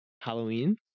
Halloween